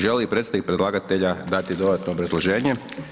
Želi li predstavnik predlagatelja dati dodatno obrazloženje?